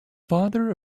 father